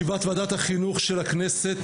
ישיבת ועדת החינוך של הכנסת,